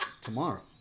tomorrow